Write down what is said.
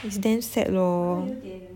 is damn sad lor